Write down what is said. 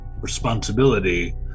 responsibility